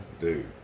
dude